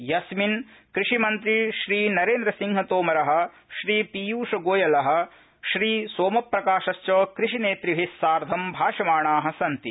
यस्मिन् कृषिमन्त्री नरेन्द्रसिंहतोमर श्रीपीयूषगोयल श्रीसोमप्रकाशश्च कृषिनेतृभि साधं भाषमाणा सन्ति